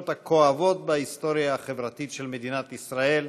הכואבות בהיסטוריה החברתית של מדינת ישראל,